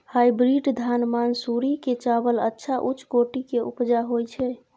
Hybrid धान मानसुरी के चावल अच्छा उच्च कोटि के उपजा होय छै?